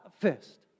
first